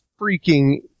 freaking